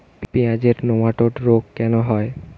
পেঁয়াজের নেমাটোড রোগ কেন হয়?